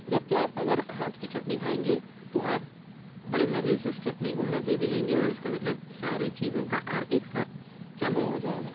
جبکہ آپ اگر ہاتھ کی چٹنی کھائیں گے تو آپ بڑے مزے سے اُس چٹنی کو مزے بھی لیں گے اور اُس کا مطلب ساری چیزوں کا فرق ایک ساتھ جمع ہو جائے گا